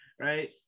Right